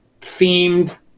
themed